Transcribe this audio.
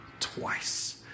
twice